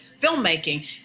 filmmaking